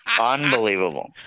Unbelievable